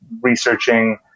researching